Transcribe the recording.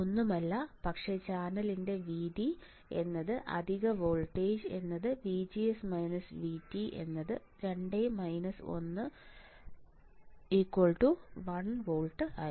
അത് ഒന്നുമല്ല പക്ഷേ ചാനലിന്റെ വീതി അധിക വോൾട്ടേജ് VGS VT 2 - 11 വോൾട്ട്